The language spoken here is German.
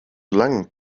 lang